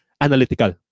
analytical